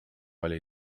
oli